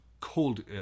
Cold